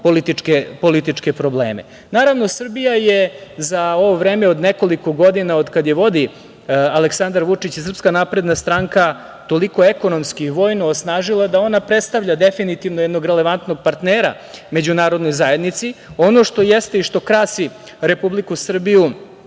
političke probleme. Naravno, Srbija je za ovo vreme od nekoliko godina od kada je vodi Aleksandar Vučić i SNS toliko ekonomski i vojno osnažila da ona predstavlja definitivno jednog relevantnog partnera međunarodnoj zajednici. Ono što jeste i što krasi Republiku Srbiju